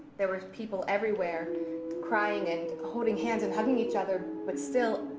there were people everywhere crying and holding hands and hugging each other. but still,